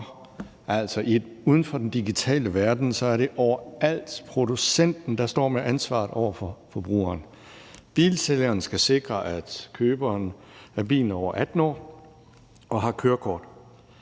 uden for den digitale verden, er det overalt producenten, der står med ansvaret over for forbrugeren. Bilsælgeren skal sikre, at køberen af bilen er over 18 år og har kørekort.